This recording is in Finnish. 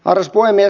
arvoisa puhemies